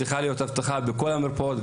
צריכה להיות אבטחה בכל המרפאות,